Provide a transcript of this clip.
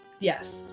yes